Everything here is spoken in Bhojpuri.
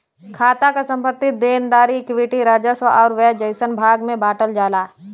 खाता क संपत्ति, देनदारी, इक्विटी, राजस्व आउर व्यय जइसन भाग में बांटल जाला